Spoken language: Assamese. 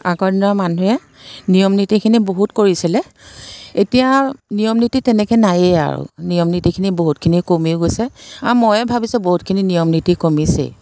আগৰ দিনৰ মানুহে নিয়ম নীতিখিনি বহুত কৰিছিলে এতিয়া নিয়ম নীতি তেনেকৈ নায়েই আৰু নিয়ম নীতিখিনি বহুতখিনি কমিও গৈছে আৰু ময়ে ভাবিছোঁ বহুতখিনি নিয়ম নীতি কমিছেই